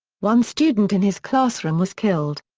one student in his classroom was killed.